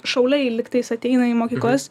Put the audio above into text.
šauliai lygtais ateina į mokyklas